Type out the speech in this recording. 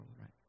right